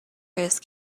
his